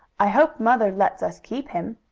i hope mother lets us keep him.